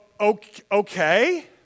okay